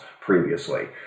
previously